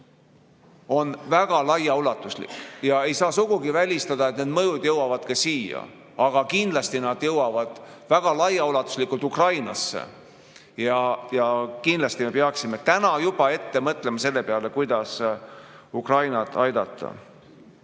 väga laiaulatuslik ja ei saa sugugi välistada, et selle mõju jõuab ka siia, aga kindlasti see jõuab väga laiaulatuslikult kogu Ukrainasse. Ja kindlasti me peaksime juba täna ette mõtlema selle peale, kuidas Ukrainat aidata.